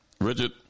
Richard